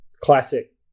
classic